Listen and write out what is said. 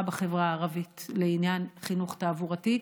בחברה הערבית לעניין חינוך תעבורתי.